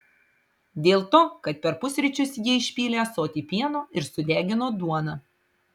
dėl to kad per pusryčius ji išpylė ąsotį pieno ir sudegino duoną